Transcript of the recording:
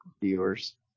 viewers